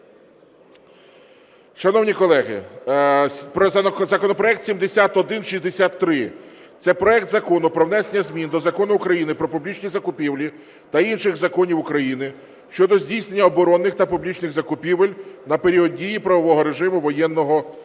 Шановні колеги, законопроект 7163 – це проект Закону про внесення змін до Закону України "Про публічні закупівлі" та інших законів України щодо здійснення оборонних та публічних закупівель на період дії правового режиму воєнного стану.